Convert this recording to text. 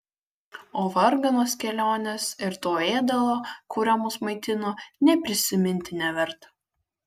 o varganos kelionės ir to ėdalo kuriuo mus maitino nė prisiminti neverta